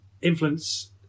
influence